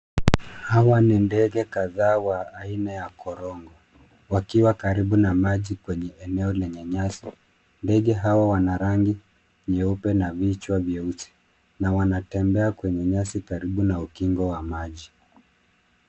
Hawa ni ndege kadhaa wa aina ya korongo, wakiwa karibu na maji kwenye eneo lenye nyasi. Ndege hawa wana rangi nyeupe na vichwa nyeusi na wanatembea kwenye nyasi karibu na ukingo wa maji.